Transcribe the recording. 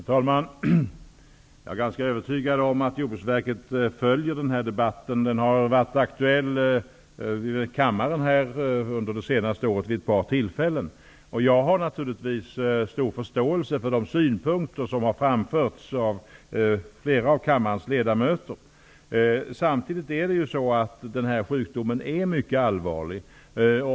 Herr talman! Jag är ganska övertygad om att Jordbruksverket följer denna debatt. Den har varit aktuell i kammaren vid ett par tillfällen under det senaste året. Jag har stor förståelse för de synpunkter som har framförts av flera av kammarens ledamöter. Men denna sjukdom är mycket allvarlig.